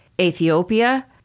Ethiopia